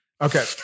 Okay